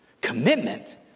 Commitment